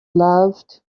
loved